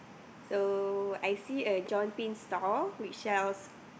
so I see a John Tin stall which sells